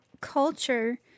culture